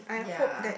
ya